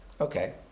Okay